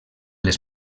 les